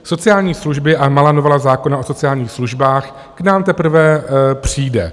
Sociální služby a malá novela zákona o sociálních službách k nám teprve přijde.